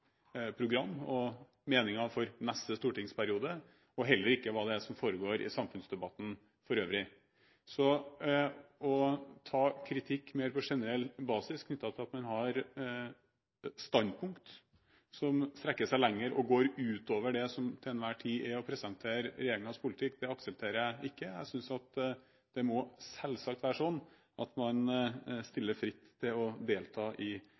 program og meninger for neste stortingsperiode, og heller ikke om hva som foregår i samfunnsdebatten for øvrig. Så å ta kritikk mer på generell basis, knyttet til at man har standpunkter som strekker seg lenger og går utover det som til enhver tid er å presentere regjeringens politikk, det aksepterer jeg ikke. Jeg synes det selvsagt må være sånn at man stilles fritt til å delta i